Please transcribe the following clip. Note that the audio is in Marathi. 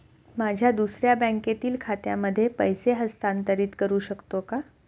माझ्या दुसऱ्या बँकेतील खात्यामध्ये पैसे हस्तांतरित करू शकतो का?